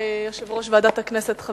יושב-ראש ועדת הכנסת,